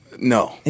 No